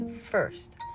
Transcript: first